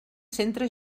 centre